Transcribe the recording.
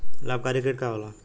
लाभकारी कीट का होला?